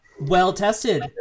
well-tested